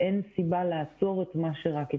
אין סיבה להפסיק את מה שרק התחיל.